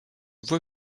voie